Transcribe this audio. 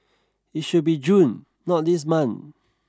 it should be June not this month